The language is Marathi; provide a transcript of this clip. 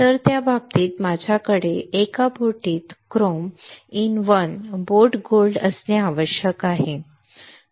तर त्या बाबतीत माझ्याकडे एका बोटीत chrome in one boat gold असणे आवश्यक होते